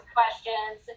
questions